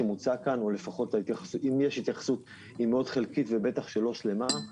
ברמת 10 אחוזים ממנו כאשר הממוצע ב-OECD עומד יותר מ-30 אחוזים.